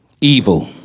evil